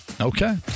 Okay